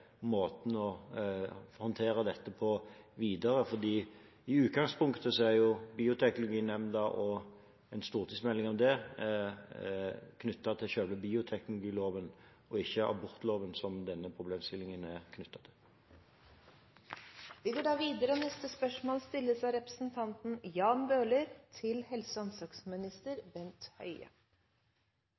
måten å håndtere dette på videre, for i utgangspunktet er jo Bioteknologinemnda og en stortingsmelding om dette knyttet til selve bioteknologiloven og ikke til abortloven, som denne problemstillingen er knyttet til. Jeg vil gjerne stille helse- og omsorgsministeren følgende spørsmål: